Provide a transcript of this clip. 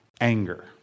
anger